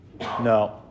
No